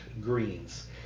Greens